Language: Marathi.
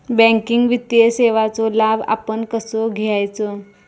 बँकिंग वित्तीय सेवाचो लाभ आपण कसो घेयाचो?